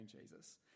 Jesus